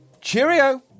cheerio